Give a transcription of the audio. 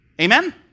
Amen